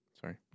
Sorry